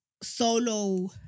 solo